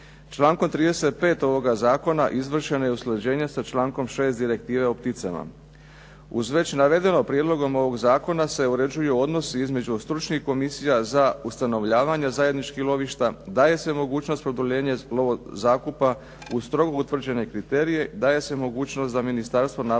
Člankom 35. ovoga Zakona izvršeno je usklađenje sa člankom 6. Direktive o pticama. Uz već navedeno Prijedlogom ovog zakona se uređuju odnosi između stručnih komisija za ustanovljavanje zajedničkih lovišta, daje se mogućnost produljenje lovo zakupa uz strogo utvrđene kriterije, daje se mogućnost da ministarstvo nadležno